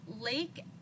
Lake